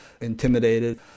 intimidated